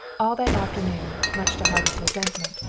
all that afternoon, much to harvey's resentment,